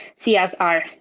CSR